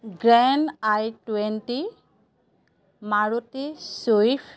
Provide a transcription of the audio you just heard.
grand I twenty Maruti swift